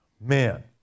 Man